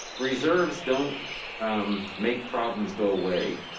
reserves don't make problems go away.